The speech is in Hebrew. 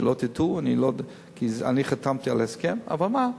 שלא תטעו, כי אני חתמתי על ההסכם, אבל מה?